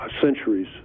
centuries